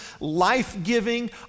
life-giving